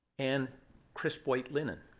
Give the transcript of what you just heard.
and crisp, white linen.